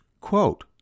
quote